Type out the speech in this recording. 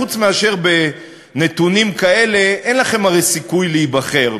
חוץ מאשר בנתונים כאלה אין לכם הרי סיכוי להיבחר.